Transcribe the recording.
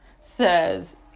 says